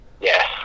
Yes